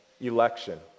election